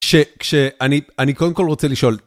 ש כש אני כשאני, קודם כל רוצה לשאול.